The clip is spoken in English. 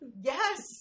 Yes